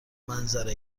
منظره